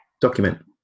Document